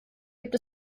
gibt